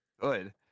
Good